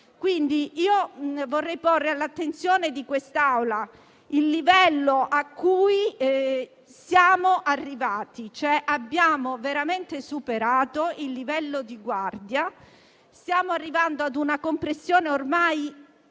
Vorrei porre all'attenzione di quest'Assemblea il livello a cui siamo arrivati: abbiamo veramente superato il livello di guardia; stiamo arrivando a una compressione ormai